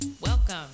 Welcome